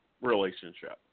relationship